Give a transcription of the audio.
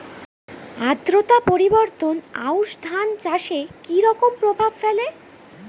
আদ্রতা পরিবর্তন আউশ ধান চাষে কি রকম প্রভাব ফেলে?